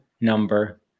number